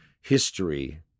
history